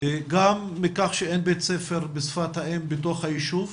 גם מכך שאין בית ספר בשפת האם בתוך היישוב,